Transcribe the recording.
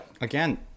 Again